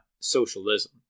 socialism